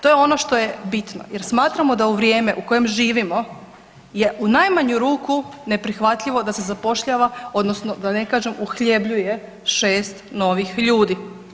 To je ono što je bitno jer smatramo da u vrijeme u kojem živimo je u najmanju ruku neprihvatljivo da se zapošljava odnosno da ne kažem uhljebljuje 6 novih ljudi.